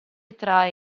trae